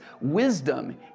wisdom